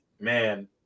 man